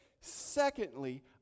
Secondly